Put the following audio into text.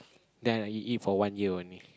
ya eat for one year only